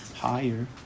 higher